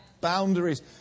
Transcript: Boundaries